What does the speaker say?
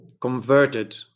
converted